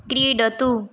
क्रीडतु